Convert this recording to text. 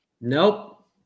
Nope